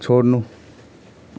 छोड्नु